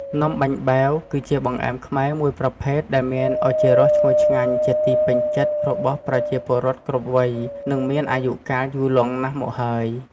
នំបាញ់បែវ គឺជាបង្អែមខ្មែរមួយប្រភេទដែលមានឱជារសឈ្ងុយឆ្ងាញ់ ជាទីពេញចិត្តរបស់ប្រជាពលរដ្ឋគ្រប់វ័យ និងមានអាយុកាលយូរលង់ណាស់មកហើយ។